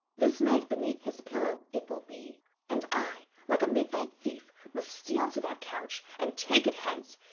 this night beneath his pillow it will be and i, like a midnight thief, must steal to that couch, and take it hence.